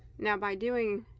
now by doing